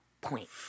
point